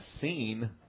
seen